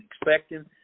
expecting